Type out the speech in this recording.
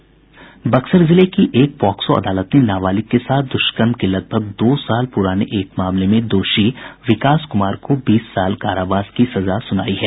बक्सर जिले की एक पॉक्सो अदालत ने नाबालिग के साथ दुष्कर्म के लगभग दो साल पुराने एक मामले में दोषी विकास कुमार को बीस साल कारावास की सजा सुनायी है